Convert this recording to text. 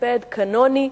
מספד קנוני,